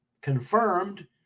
confirmed